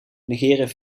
negeren